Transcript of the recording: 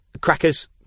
crackers